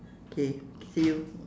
okay see you